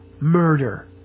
murder